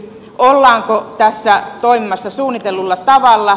ollaanko tässä toimimassa suunnitellulla tavalla